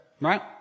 right